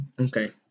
Okay